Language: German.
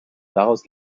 daraus